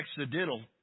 accidental